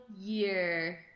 year